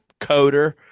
coder